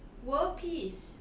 world peace or okay